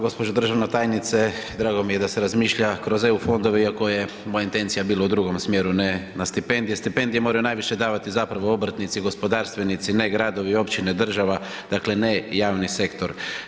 Gđo. državna tajnice, drago mi je da se razmišlja kroz EU fondove iako je moja intencija bila u drugom smjeru, ne na stipendije, stipendije moraju najviše davati zapravo obrtnici, gospodarstvenici ne gradovi, općine, država, dakle ne javni sektor.